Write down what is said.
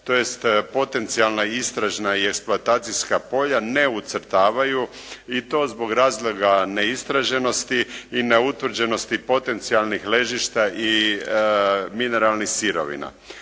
tj. potencijalna istražna i eksploatacijska polja ne ucrtavaju i to zbog razloga neistraženosti i neutvrđenosti potencijalnih ležišta i mineralnih sirovina.